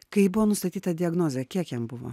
kai buvo nustatyta diagnozė kiek jam buvo